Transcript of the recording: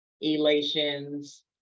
elations